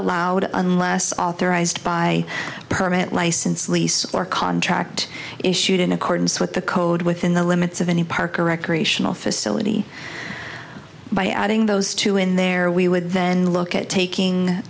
allowed unless authorized by permit license lease or contract issued in accordance with the code within the limits of any park or recreational facility by adding those two in there we would then look at taking